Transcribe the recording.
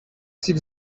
سیب